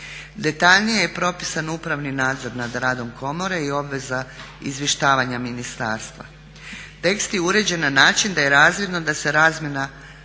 Detaljnije je propisan upravni nadzor nad radom komore i obveza izvještavanja ministarstva. Tekst je uređen na način da je razvidno da se razmjena